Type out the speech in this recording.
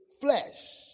flesh